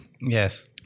Yes